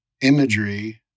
imagery